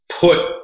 put